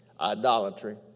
idolatry